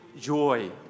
joy